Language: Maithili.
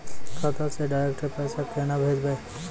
खाता से डायरेक्ट पैसा केना भेजबै?